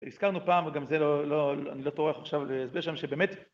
הזכרנו פעם וגם זה לא, אני לא טורח עכשיו להסביר שם שבאמת